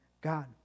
God